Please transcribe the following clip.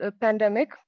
pandemic